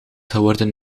geworden